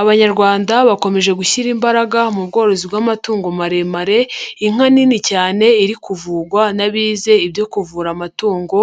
Abanyarwanda bakomeje gushyira imbaraga mu bworozi bw'amatungo maremare, inka nini cyane iri kuvugwa n'abize ibyo kuvura amatungo